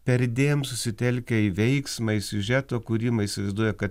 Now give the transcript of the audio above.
perdėm susitelkia į veiksmą į siužeto kūrimą įsivaizduoja kad